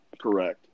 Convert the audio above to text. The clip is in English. correct